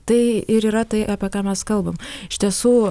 tai ir yra tai apie ką mes kalbam iš tiesų